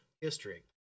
history